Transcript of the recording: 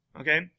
Okay